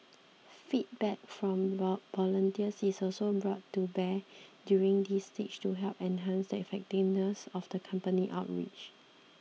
feedback from volunteers is also brought to bear during this stage to help enhance the effectiveness of the company's outreach